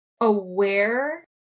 aware